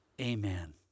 Amen